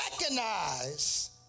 recognize